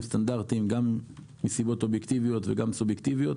גם מסיבות אובייקטיביות וגם מסיבות סובייקטיביות,